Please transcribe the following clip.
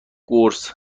قرص